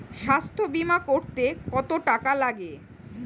স্বাস্থ্যবীমা করতে কত টাকা লাগে?